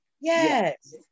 Yes